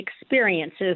experiences